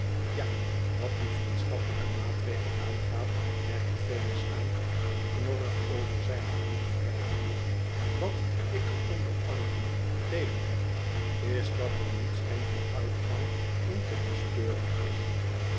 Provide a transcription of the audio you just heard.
tja wat die vriendschappelijke maatregel aangaat merkte venus aan knorrig over zijne knie wrijvende wat ik er onder anderen tegen heb is dat er niets geen vooruitgang in te bespeuren is